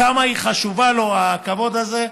כמה חשוב לו הכבוד הזה.